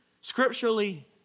Scripturally